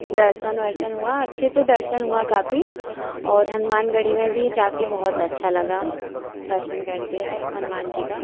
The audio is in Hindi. दर्शन वर्शन हुआ अच्छे से दर्शन हुआ काफी और हनुमानगढ़ी में भी जाकर बहुत अच्छा लगा दर्शन करके हनुमान जी का